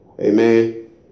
Amen